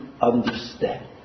understand